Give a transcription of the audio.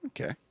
Okay